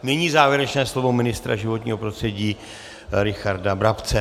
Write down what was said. Nyní závěrečné slovo ministra životního prostředí Richarda Brabce.